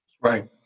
Right